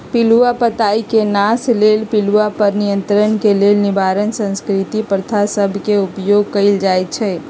पिलूआ पताई के नाश लेल पिलुआ पर नियंत्रण के लेल निवारक सांस्कृतिक प्रथा सभ के उपयोग कएल जाइ छइ